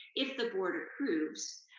if the board approves